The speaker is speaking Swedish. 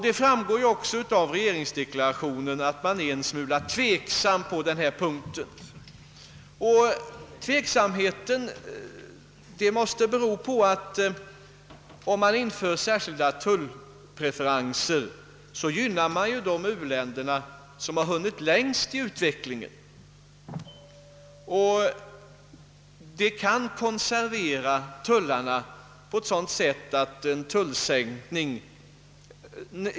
Det framgår också av deklarationen att regeringen är en smula tveksam på den punkten. Den tveksamheten måste bero på att särskilda tullpreferenser gynnar särskilt de u-länder som hunnit längst i utveckling.